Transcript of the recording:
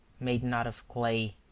made not of clay,